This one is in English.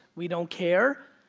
we don't care.